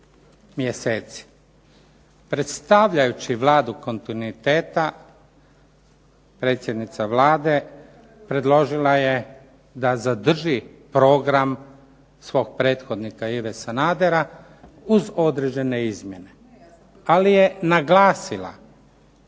mjeseci. Predstavljajući Vladu kontinuiteta predsjednica Vlade predložila je da zadrži program svog prethodnika Ive Sanadera uz određene izmjene, ali je naglasila